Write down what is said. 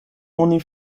oni